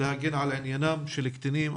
להגן על עניינם של קטינים,